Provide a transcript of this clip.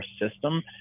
system